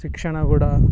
ಶಿಕ್ಷಣ ಕೂಡ